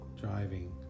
driving